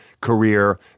career